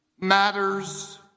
matters